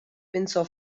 pensò